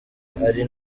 ari